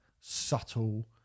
subtle